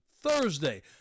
Thursday